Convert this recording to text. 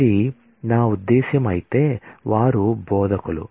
ఇది నా ఉద్దేశ్యం అయితే వారు బోధకులు